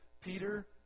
Peter